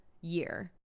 year